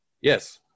Yes